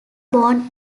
born